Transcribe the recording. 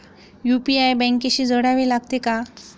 UPI बँकेशी जोडावे लागते का?